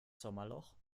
sommerloch